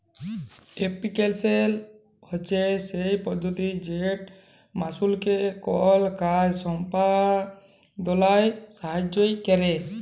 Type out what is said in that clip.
application হছে সেই পদ্ধতি যেট মালুসকে কল কাজ সম্পাদলায় সাহাইয্য ক্যরে